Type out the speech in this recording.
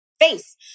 face